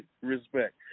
Respect